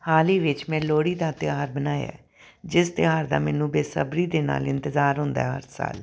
ਹਾਲ ਹੀ ਵਿੱਚ ਮੈਂ ਲੋਹੜੀ ਦਾ ਤਿਉਹਾਰ ਮਨਾਇਆ ਜਿਸ ਤਿਉਹਾਰ ਦਾ ਮੈਨੂੰ ਬੇਸਬਰੀ ਦੇ ਨਾਲ ਇੰਤਜ਼ਾਰ ਹੁੰਦਾ ਹਰ ਸਾਲ